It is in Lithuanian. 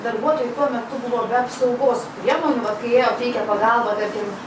darbuotojai tuo metu buvo be apsaugos priemonių vat kai jie jau teikė pagalbą tarkim